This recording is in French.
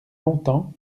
longtemps